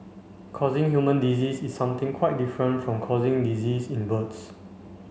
causing human disease is something quite different from causing disease in birds